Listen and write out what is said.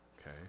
okay